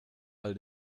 all